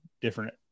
different